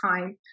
time